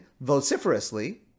vociferously